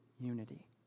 unity